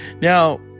Now